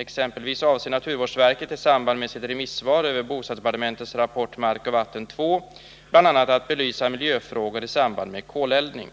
Exempelvis avser naturvårdsverket i samband med sitt remissvar över bostadsdepartementets rapport Mark och Vatten 2 bl.a. att belysa miljöfrågor i samband med koleldning.